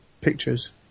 pictures